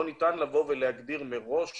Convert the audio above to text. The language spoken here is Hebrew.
לא ניתן להגדיר מראש